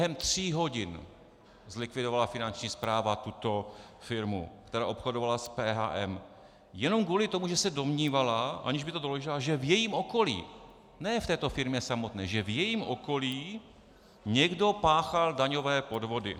Během tří hodin zlikvidovala Finanční správa tuto firmu, která obchodovala s PHM, jenom kvůli tomu, že se domnívala, aniž by to doložila, že v jejím okolí, ne v této firmě samotné, že v jejím okolí někdo páchal daňové podvody.